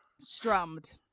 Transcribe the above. strummed